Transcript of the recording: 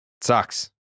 Sucks